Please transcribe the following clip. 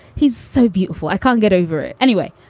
he's so beautiful. i can't get over it anyway.